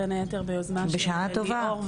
בשעה טובה.